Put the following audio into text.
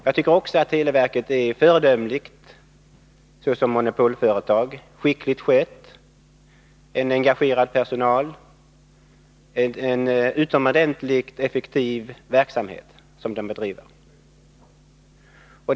Jag tycker också att televerket är föredömligt såsom monopolföretag, är skickligt skött och har en engagerad personal. Det är en utomordentligt effektiv verksamhet som bedrivs där.